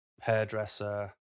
hairdresser